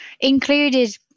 included